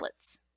templates